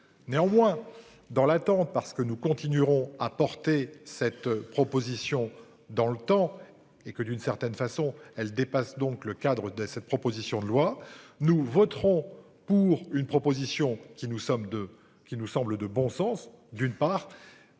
Néanmoins, dans l'attente parce que nous continuerons à porter cette proposition dans le temps et que d'une certaine façon elle dépasse donc le cadre de cette proposition de loi nous voterons pour une proposition qui nous sommes, de qui nous semble de bon sens, d'une part.